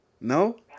No